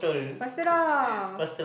faster lah